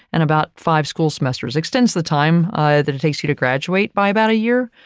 and about five school semesters extends the time that it takes you to graduate by about a year,